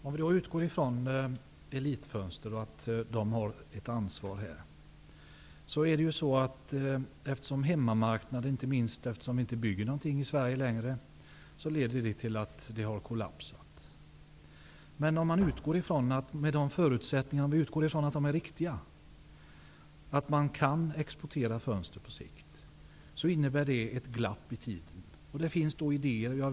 Fru talman! Vi kan utgå från Elit-Fönster och dess ansvar här. Hemmamarknaden drabbas emellertid av att det inte längre byggs här i Sverige, och detta har lett till en kollaps. Även om förutsättningarna är riktiga, dvs. att det på sikt är möjligt att exportera fönster, så kan ett glapp i tiden konstateras. Men det finns olika idéer.